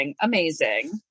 amazing